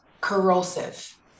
corrosive